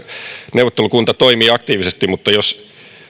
neuvottelukunta toimii aktiivisesti mutta jos